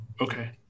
Okay